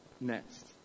next